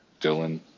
Dylan